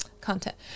content